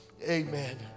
Amen